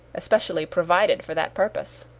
especially provided for that purpose.